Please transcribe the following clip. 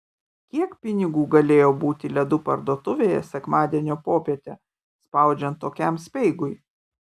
kiek pinigų galėjo būti ledų parduotuvėje sekmadienio popietę spaudžiant tokiam speigui